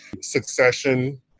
succession